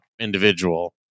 individual